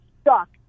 stuck